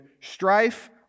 strife